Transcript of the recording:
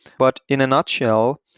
but in a nutshell,